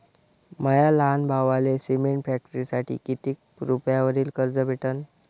माया लहान भावाले सिमेंट फॅक्टरीसाठी कितीक रुपयावरी कर्ज भेटनं?